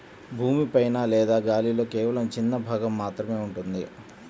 భూమి పైన లేదా గాలిలో కేవలం చిన్న భాగం మాత్రమే ఉంటుంది